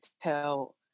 tell